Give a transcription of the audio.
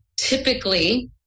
typically